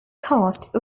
cast